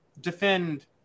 defend